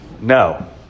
No